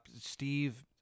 Steve